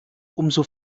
umso